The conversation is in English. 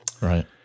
right